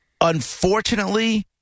Unfortunately